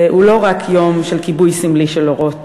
הוא לא רק יום של כיבוי סמלי של אורות.